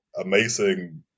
amazing